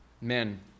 Men